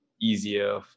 easier